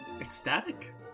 ecstatic